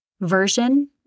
version